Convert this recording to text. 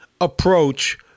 Approach